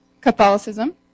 Catholicism